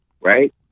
Right